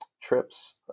trips